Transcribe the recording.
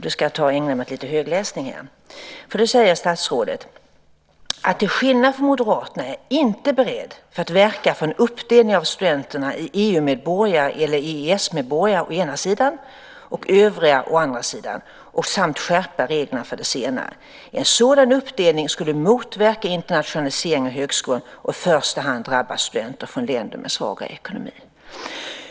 Då sade statsrådet: "Till skillnad från moderaterna är jag inte beredd att verka för en uppdelning av studenterna i EU-medborgare eller EES-medborgare å ena sidan och övriga å den andra sidan samt skärpa reglerna för de senare. En sådan uppdelning skulle motverka internationaliseringen av högskolan och i första hand drabba studenter från länder med svagare ekonomi."